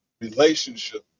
relationship